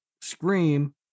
scream